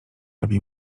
robi